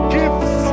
gifts